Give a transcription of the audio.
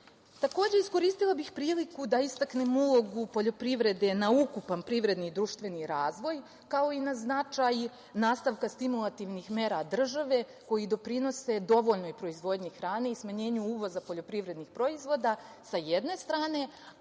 aspekta. Takođe, iskoristila bih priliku da istaknem ulogu poljoprivrede na ukupan privredni i društveni razvoj, kao i na značaj nastavka stimulativnih mera države koji doprinose dovoljnoj proizvodnji hrane i smanjenju uvoza poljoprivrednih proizvoda, sa jedne strane,